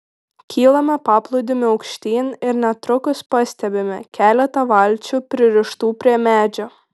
kylame paplūdimiu aukštyn ir netrukus pastebime keletą valčių pririštų prie medžio